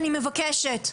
אני מבקשת.